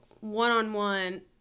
one-on-one